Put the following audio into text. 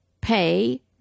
pay